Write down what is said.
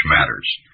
matters